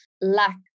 lack